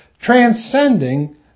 transcending